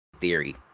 Theory